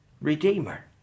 redeemer